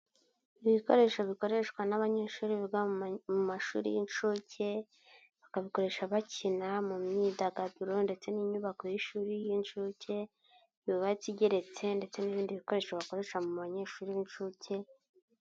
Ibikoresho bikoreshwa n'abanyeshuri biga mu mashuri y'inshuke, bakabikoresha bakina mu myidagaduro ndetse n'inyubako y'ishuri y'incuke yubatse igeretse ndetse n'ibindi bikoresho bakoresha mu banyeshuri b'incuke.